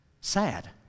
sad